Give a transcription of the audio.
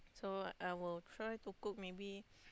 so I will try to cook maybe